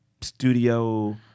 studio